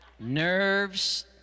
Nerves